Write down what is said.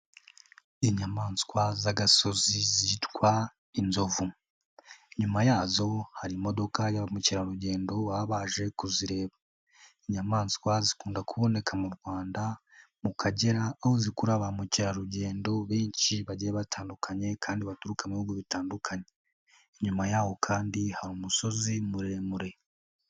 Inyamaswa z'agasozi zitwa inzovu inyuma yazo hari imodoka ya ba mukerarugendo bababanje kuzireba, inyamaswa zikunda kuboneka mu Rwanda mu Kagera aho zikurura ba mukerarugendo benshi bagiye batandukanye, kandi baturuka mu bihugu bitandukanye inyuma yaho kandi hari umusozi muremure.